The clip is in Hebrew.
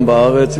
גם בארץ,